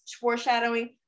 foreshadowing